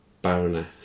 Baroness